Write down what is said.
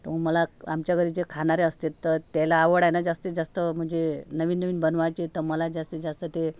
तर मला आमच्या घरी जे खाणारे आस्तेत तर त्याला आवड आहे ना जास्तीत जास्त म्हणजे नवीननवीन बनवायचे तर मला जास्तीत जास्त ते